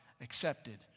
accepted